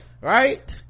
right